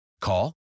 Call